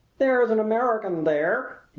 there's an american there,